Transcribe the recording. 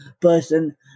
person